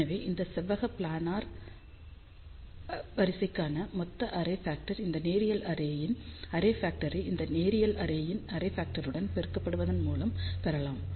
எனவே இந்த செவ்வக பிளானர் வரிசைக்கான மொத்த அரே ஃபக்டர் இந்த நேரியல் அரேயின் அரே ஃபக்டரை இந்த நேரியல் அரேயின் அரே ஃபக்டருடன் பெருக்கப்படுவதின் மூலம் பெறலாம்